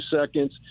seconds